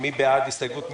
אני מקריא את ההסתייגות: